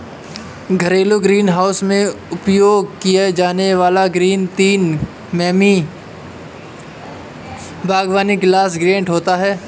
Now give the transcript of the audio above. घरेलू ग्रीनहाउस में उपयोग किया जाने वाला ग्लास तीन मिमी बागवानी ग्लास ग्रेड होता है